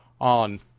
On